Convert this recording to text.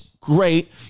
great